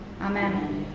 amen